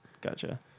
Gotcha